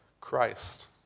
Christ